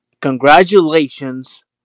congratulations